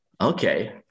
Okay